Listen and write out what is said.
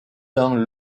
dans